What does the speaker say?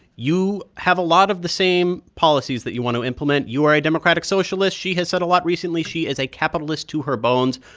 you have a lot of the same policies that you want to implement. you are a democratic socialist. she has said a lot recently she is a capitalist to her bones.